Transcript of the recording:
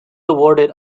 awarded